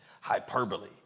hyperbole